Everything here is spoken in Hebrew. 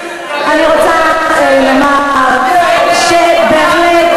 אז אמרנו לו: אז איך תהיה באמת